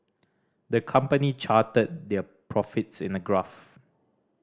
the company charted their profits in a graph